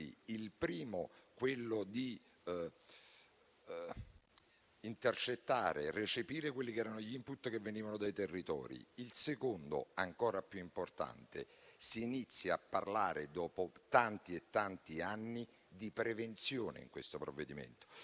Il primo è quello di intercettare e recepire gli *input* che venivano dai territori. Il secondo, ancora più importante, è che si inizia a parlare, dopo tanti e tanti anni, di prevenzione in questo provvedimento.